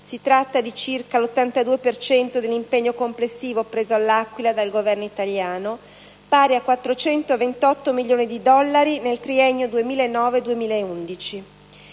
Si tratta di circa l'82 per cento dell'impegno complessivo preso all'Aquila dal Governo italiano, pari a 428 milioni di dollari nel triennio 2009-2011.